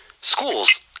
schools